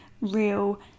real